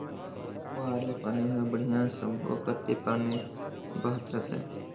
पुहारा ले पानी हर बड़िया सब्बो कति पानी बहत रथे